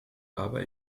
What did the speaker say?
aber